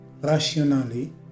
rationally